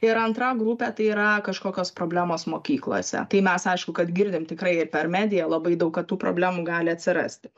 ir antra grupė tai yra kažkokios problemos mokyklose tai mes aišku kad girdim tikrai per mediją labai daug kad tų problemų gali atsirasti